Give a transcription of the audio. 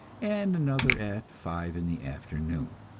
and another at five in the afternoon.